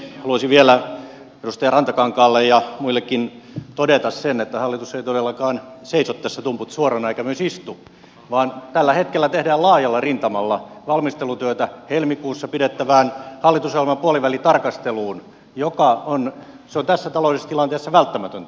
haluaisin vielä edustaja rantakankaalle ja muillekin todeta sen että hallitus ei todellakaan seiso eikä istu tässä tumput suorina vaan tällä hetkellä tehdään laajalla rintamalla valmistelutyötä helmikuussa pidettävään hallitusohjelman puolivälitarkasteluun mikä on tässä taloudellisessa tilanteessa välttämätöntä